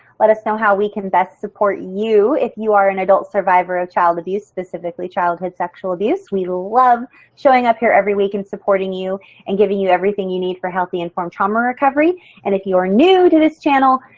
let us know how we can best support you if you are an adult survivor of child abuse specifically childhood sexual abuse. we love showing up here every week and supporting you and giving you everything you need for healthy informed trauma recovery and if you're new to this channel,